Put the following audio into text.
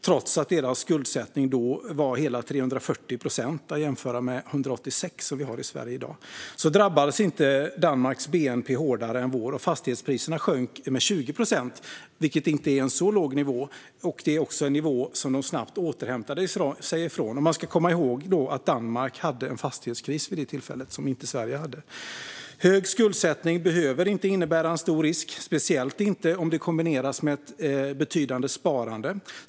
Trots att deras skuldsättning var hela 340 procent, vilket kan jämföras med 186 som vi har i Sverige i dag, drabbades inte Danmarks bnp hårdare än vår. Fastighetspriserna sjönk med 20 procent, vilket inte är en särskilt låg nivå, men de återhämtade sig också snabbt. Då ska man komma ihåg att Danmark vid tillfället hade en fastighetskris, vilket inte Sverige hade. Hög skuldsättning behöver inte innebära en stor risk, speciellt inte om det kombineras med ett betydande sparande.